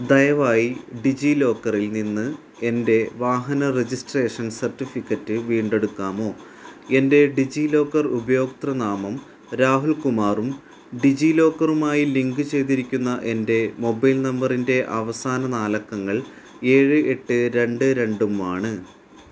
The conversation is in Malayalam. ദയവായി ഡിജി ലോക്കറിൽ നിന്ന് എൻ്റെ വാഹന രജിസ്ട്രേഷൻ സർട്ടിഫിക്കറ്റ് വീണ്ടെടുക്കാമോ എൻ്റെ ഡിജി ലോക്കർ ഉപയോക്തൃ നാമം രാഹുൽ കുമാറും ഡിജി ലോക്കറുമായി ലിങ്ക് ചെയ്തിരിക്കുന്ന എൻ്റെ മൊബൈൽ നമ്പറിൻ്റെ അവസാന നാല് അക്കങ്ങൾ ഏഴ് എട്ട് രണ്ട് രണ്ടും ആണ്